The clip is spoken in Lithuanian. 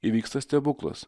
įvyksta stebuklas